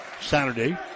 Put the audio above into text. Saturday